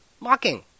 Mocking